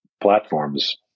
platforms